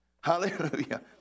Hallelujah